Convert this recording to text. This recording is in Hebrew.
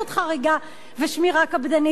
ויש שמירה קפדנית על חוקי המדינה,